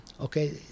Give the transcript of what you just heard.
okay